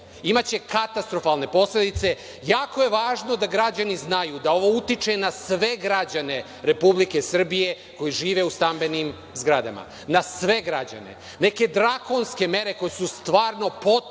imaće katastrofalne posledice. Jako je važno da građani znaju da ovo utiče na sve građane Republike Srbije koji žive u stambenim zgradama, na sve građane, neke drakonske mere koje su stvarno potpuno